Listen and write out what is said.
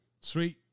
Sweet